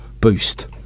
boost